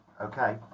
okay